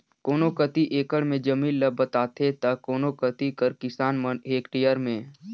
कोनो कती एकड़ में जमीन ल बताथें ता कोनो कती कर किसान मन हेक्टेयर में